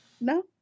No